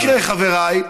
מה יקרה, חבריי?